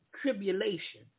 tribulation